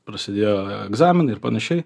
prasidėjo egzaminai ir panašiai